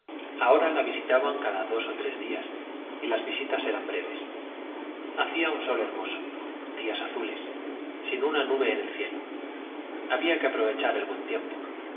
ahora la visitaban cada dos o tres días y las visitas eran breves hacía un sol hermoso días azules sin una nube en el cielo había que aprovechar el buen tiempo